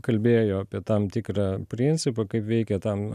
kalbėjo apie tam tikrą principą kaip veikia ten